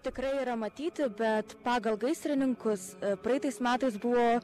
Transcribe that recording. tikrai yra matyti bet pagal gaisrininkus praeitais metais buvo